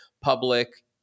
public